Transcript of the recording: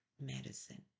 medicine